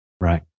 Right